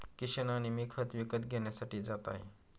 किशन आणि मी खत विकत घेण्यासाठी जात आहे